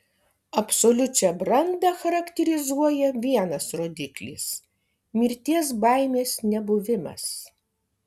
absoliučią brandą charakterizuoja vienas rodiklis mirties baimės nebuvimas